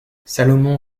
salomon